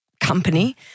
company